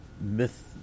myth